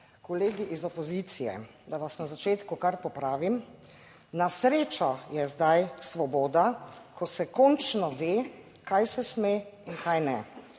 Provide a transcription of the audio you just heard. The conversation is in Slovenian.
Kolegi iz opozicije, da vas na začetku kar popravim, na srečo je zdaj svoboda, ko se končno ve kaj se sme in kaj ne.